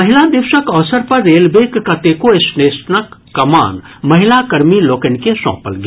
महिला दिवसक अवसर पर रेलवेक कतेको स्टेशनक कमान महिला कर्मी लोकनि के सौंपल गेल